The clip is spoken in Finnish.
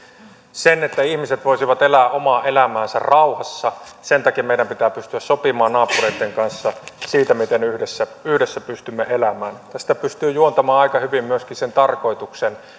sen että ihmiset voisivat elää omaa elämäänsä rauhassa sen takia meidän pitää pystyä sopimaan naapureitten kanssa siitä miten yhdessä yhdessä pystymme elämään tästä pystyy juontamaan aika hyvin myöskin sen tarkoituksen